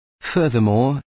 furthermore